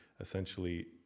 Essentially